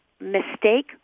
mistake